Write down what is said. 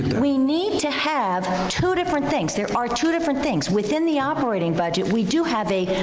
we need to have two different things. there are two different things. within the operating budget, we do have a.